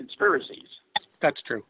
conspiracies that's true